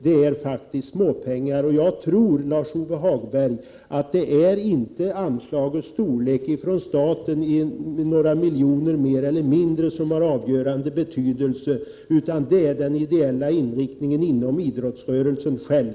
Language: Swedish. Det är faktiskt småpengar, Lars-Ove Hagberg! Jag tror inte att några miljoner mer eller mindre i stöd från staten har avgörande betydelse, utan det är den ideella inriktningen inom idrottsrörelsen själv.